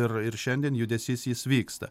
ir ir šiandien judesys jis vyksta